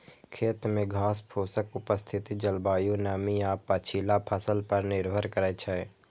खेत मे घासफूसक उपस्थिति जलवायु, नमी आ पछिला फसल पर निर्भर करै छै